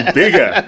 bigger